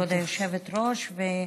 כבוד היושבת-ראש,